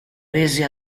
rese